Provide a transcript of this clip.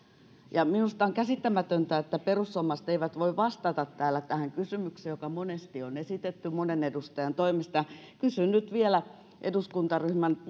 minusta on käsittämätöntä että perussuomalaiset eivät voi vastata täällä tähän kysymykseen joka monesti on esitetty monen edustajan toimesta ja kysyn nyt vielä eduskuntaryhmän